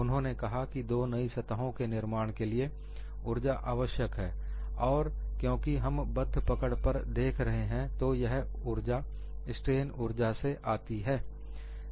उन्होंने कहा दो नई सतहो के निर्माण के लिए ऊर्जा आवश्यक है और क्योंकि हम बद्ध पकड़ पर देख रहे हैं तो यह ऊर्जा स्ट्रेन ऊर्जा से आती है